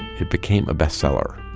it became a bestseller,